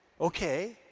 Okay